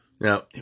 Now